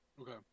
Okay